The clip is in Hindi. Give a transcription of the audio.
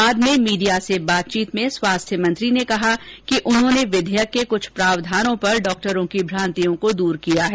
बाद में मीडिया से बातचीत में स्वास्थ्य मंत्री ने कहा कि उन्होंने विधेयक के कुछ प्रावधानों पर डॉक्टरों की भ्रांतियों को दूर किया है